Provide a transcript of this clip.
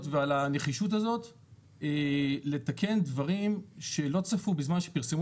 ועל הנחישות הזאת של לתקן דברים שלא צפו בזמן שפרסמו